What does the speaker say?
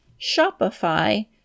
Shopify